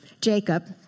Jacob